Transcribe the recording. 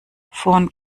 von